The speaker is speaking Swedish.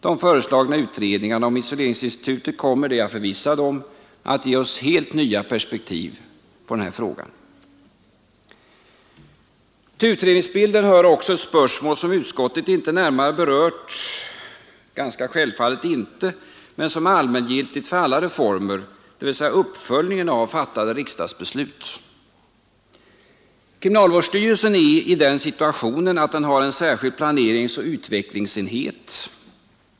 De föreslagna utredningarna om isoleringsinstitutet kommer, det är jag förvissad om, att ge oss helt nya perspektiv på den här frågan. Till utredningsbilden hör också ett spörsmål som utskottet ganska självfallet inte närmare har berört men som är allmängiltigt för alla reformer, dvs. uppföljningen av fattade riksdagsbeslut. Kriminalvårdsstyrelsen är i den situationen att den har en särskild planeringsoch utvecklingsenhet.